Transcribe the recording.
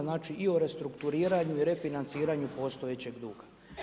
Znači i o restrukturiranju i refinanciranju postojećeg duga.